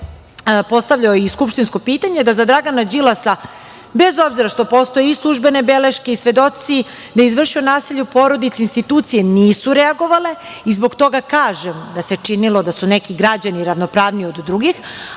postavljao i skupštinsko pitanje, da za Dragana Đilasa, bez obzira što postoje i službene beleške i svedoci da je izvršio nasilje u porodici, institucije nisu reagovale i zbog toga i kažem da se činilo da su neki građani ravnopravniji od drugih. Ali,